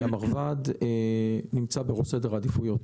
המרב"ד נמצא בראש סדר העדיפויות,